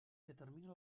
determina